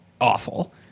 awful